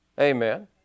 amen